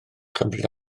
chymryd